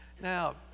Now